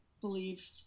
believe